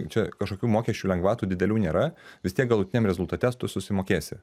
čia kažkokių mokesčių lengvatų didelių nėra vis tiek galutiniam rezultate tu susimokėsi